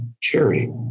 charity